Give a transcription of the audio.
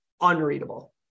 unreadable